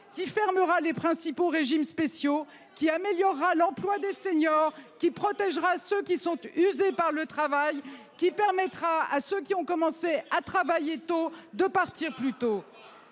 qui fermera les principaux régimes spéciaux qui améliorera l'emploi des seniors qui protégera ceux qui sont usés par le travail qui permettra à ceux qui ont commencé à travailler tôt de partir plus tôt.